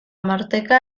marteka